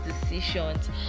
decisions